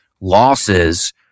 losses